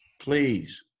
please